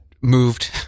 moved